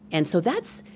and so that's,